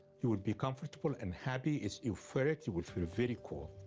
you will be comfortable and happy. it's euphoric. you will feel very cool.